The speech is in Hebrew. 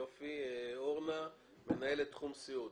אורנה מאגף סיעוד.